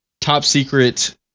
top-secret